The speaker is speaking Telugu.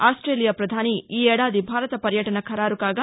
ఆస్ట్రేలియా ప్రధాని ఈ ఏడాది భారత పర్యటన ఖరారు కాగా